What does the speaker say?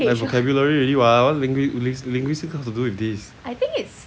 that's vocabulary already [what] what does linguist linguistic have to do with this